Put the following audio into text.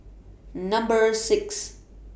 Number six